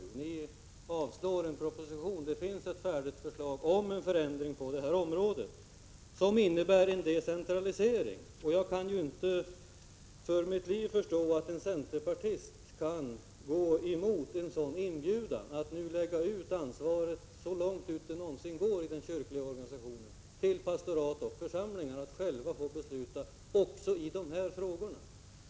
Ni avstyrker en proposition. Det finns ett färdigt förslag om en förändring på detta område som innebär en decentralisering. Jag kan inte för mitt liv förstå att en centerpartist kan gå emot en inbjudan att lägga ansvaret så långt ut det någonsin går i den kyrkliga organisationen, till pastorat och församlingar, så att de själva får besluta också i de här frågorna.